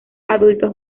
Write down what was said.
adultos